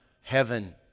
heaven